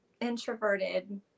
introverted